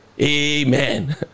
Amen